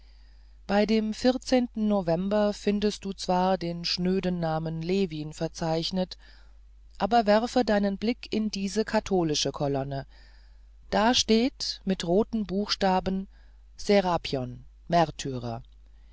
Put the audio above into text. bei dem vierzehnten november findest du zwar den schnöden namen levin verzeichnet aber werfe deinen blick in diese katholische kolonne da steht mit roten buchstaben serapion märtyrer